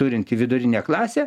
turinti vidurinė klasė